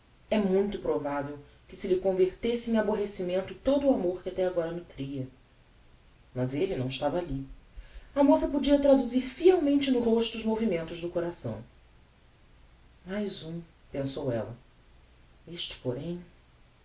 é mui provavel que se lhe convertesse em aborrecimento todo o amor que até agora nutria mas elle não estava alli a moça podia traduzir fielmente no rosto os movimentos do coração mais um pensou ella este porém